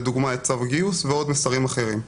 לדוגמה את צו הגיוס, ועוד מסרים אחרים.